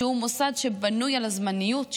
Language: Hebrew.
שהוא מוסד שבנוי על הזמניות שלו,